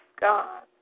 God